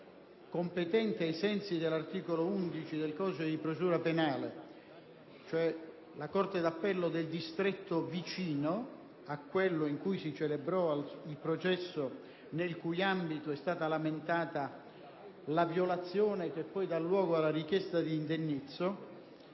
competente ai sensi dell'articolo 11 del codice di procedura penale, vale a dire la corte d'appello del distretto vicino a quello in cui si celebrò il processo nel cui ambito è stata lamentata la violazione che poi dà luogo alla richiesta di indennizzo.